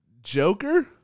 Joker